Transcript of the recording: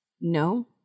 No